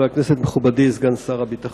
ואנחנו נאפשר לחבר הכנסת בילסקי לומר את דבריו בנושא